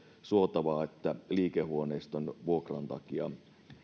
suotavaa että liikehuoneiston vuokran takia